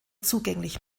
zugänglich